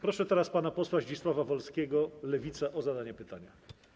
Proszę teraz pana posła Zdzisława Wolskiego, Lewica, o zadanie pytania.